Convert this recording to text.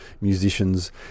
musicians